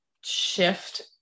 shift